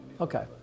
Okay